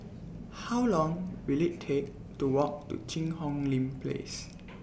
How Long Will IT Take to Walk to Cheang Hong Lim Place